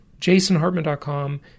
jasonhartman.com